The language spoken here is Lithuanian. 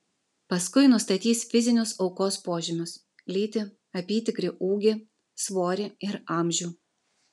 paskui nustatys fizinius aukos požymius lytį apytikrį ūgį svorį ir amžių